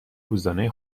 روزانه